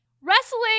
Wrestling